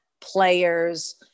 players